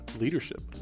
leadership